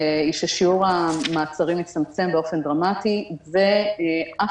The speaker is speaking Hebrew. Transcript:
היא ששיעור המעצרים הצטמצם באופן דרמטי ואף